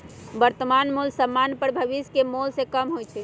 वर्तमान मोल समान्य पर भविष्य के मोल से कम होइ छइ